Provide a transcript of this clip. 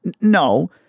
no